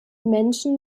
menschen